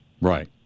Right